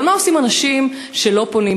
אבל מה עושים אנשים שלא פונים,